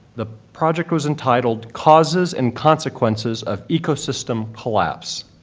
the project was entitled causes and consequences of ecosystem collapse.